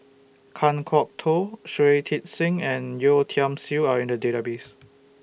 Kan Kwok Toh Shui Tit Sing and Yeo Tiam Siew Are in The Database